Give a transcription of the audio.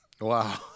Wow